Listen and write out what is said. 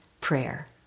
prayer